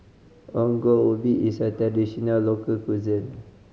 Ongol Ubi is a traditional local cuisine